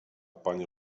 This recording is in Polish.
panie